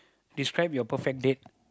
describe your perfect date